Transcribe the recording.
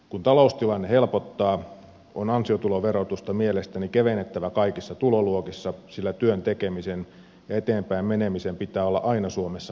kun taloustilanne helpottaa on ansiotuloverotusta mielestäni kevennettävä kaikissa tuloluokissa sillä työn tekemisen ja eteenpäin menemisen pitää olla aina suomessa kannattavaa